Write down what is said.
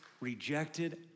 rejected